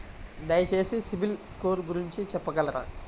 దయచేసి CIBIL score గురించి చెప్పగలరా?